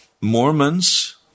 Mormons